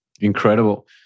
Incredible